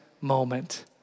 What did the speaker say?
moment